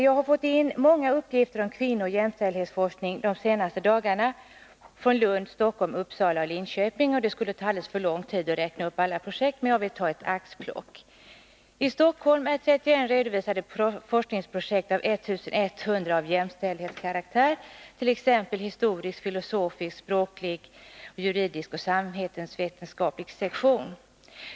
Jag har de senaste dagarna fått in många uppgifter om kvinnooch jämställdhetsforskning från Lund, Stockholm, Uppsala och Linköping. Det skulle ta alldeles för lång tid att räkna upp alla projekt, men jag vill ta ett axplock. I Stockholm är 31 redovisade forskningsprojekt av 1 100 av jämställdhetskaraktär inom t.ex. historisk, filosofisk, språklig, juridisk och samhällsvetenskaplig sektion.